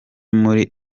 muri